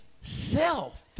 self